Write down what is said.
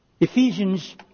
Ephesians